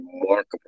remarkable